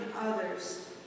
others